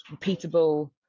repeatable